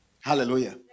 Hallelujah